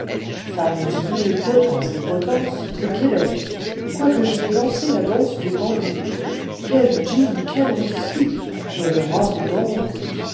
fameuse ville potence des potences que québec quoique j'y aie dansé la danse des pendus quel gin quel whiskey et le rhum donc